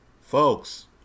Folks